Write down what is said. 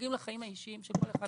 שנוגעים לחיים האישים של כל אחד מאיתנו.